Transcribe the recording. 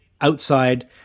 outside